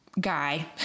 Guy